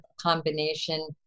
combination